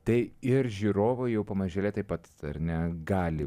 tai ir žiūrovų jau pamažėle taip pat ar ne gali